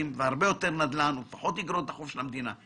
והרבה יותר נדל"ן ופחות איגרות חוב של המדינה.